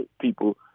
people